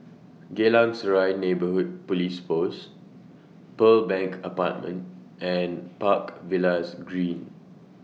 Geylang Serai Neighbourhood Police Post Pearl Bank Apartment and Park Villas Green